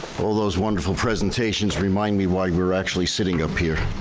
all those wonderful presentations remind me why we're actually sitting up here,